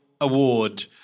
award